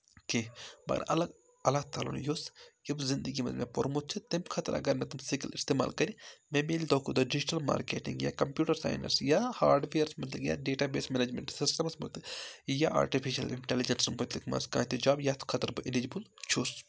کینٛہہ مگر الگ اللہ تعالیٰ ہن یوٚژھ یِم زندگی منٛز مےٚ پوٚرمُت چھُ تمہِ خٲطرٕ اگر نہٕ تِم سِکِل استعمال کرِ مےٚ میلہِ دۄہ کھۄتہٕ دۄہ ڈِجٹل مارکیٹنٛگ یا کمپیوٗٹر ساینس یا ہاڈوِیرس مُتعلق یا ڈیٹا بیس مینیجمینٹ سِسٹمس مُتعلِق یا آرٹفِشل اِنٹلِجنس مُتعلِق منٛز کانٛہہ تہِ جب یَتھ خٲطرٕ بہٕ اِلِجُل چھُس